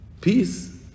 Peace